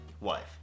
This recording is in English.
wife